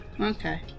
Okay